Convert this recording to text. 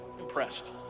impressed